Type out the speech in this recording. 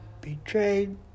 betrayed